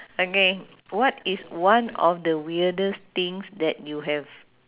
okay what is one of the weirdest things that you have